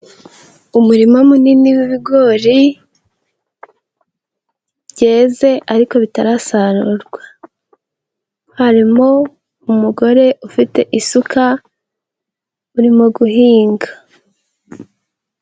Umurima munini w'ibigori byeze ariko bitarasarurwa. Harimo umugore ufite isuka uririmo guhinga.